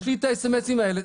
יש לי את הסמסים האלה.